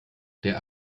der